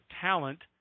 talent